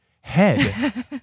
head